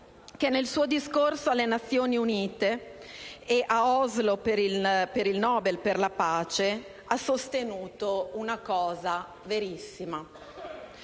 che, nel suo discorso alle Nazioni Unite e a Oslo per il Nobel per la pace, ha sostenuto una cosa verissima: